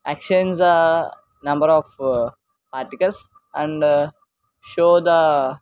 exchange the number of articles and show the